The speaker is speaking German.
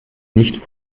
nicht